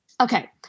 Okay